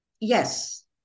Yes